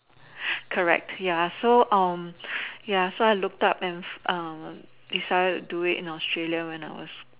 correct ya so ya so I looked up and decided to do it in Australia when I was